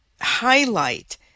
highlight